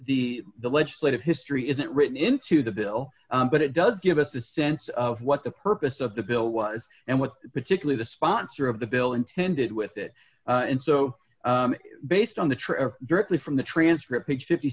the the legislative history isn't written into the bill but it does give us a sense of what the purpose of the bill was and what particular the sponsor of the bill intended with it and so based on the trip directly from the transcript